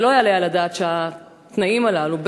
ולא יעלה על הדעת שהתנאים הללו,